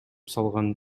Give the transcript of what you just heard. салган